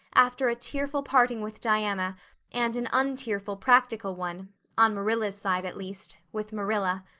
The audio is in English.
after a tearful parting with diana and an untearful practical one on marilla's side at least with marilla.